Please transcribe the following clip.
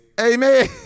Amen